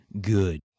good